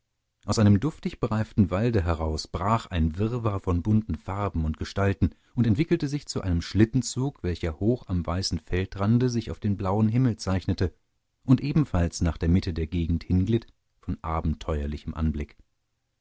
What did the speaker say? aus einem duftig bereiften walde heraus brach ein wirrwarr von bunten farben und gestalten und entwickelte sich zu einem schlittenzug welcher hoch am weißen feldrande sich auf den blauen himmel zeichnete und ebenfalls nach der mitte der gegend hinglitt von abenteuerlichem anblick